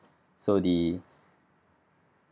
so the